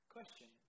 Question